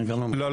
לא,